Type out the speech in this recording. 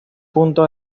punto